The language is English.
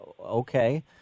okay